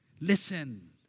listen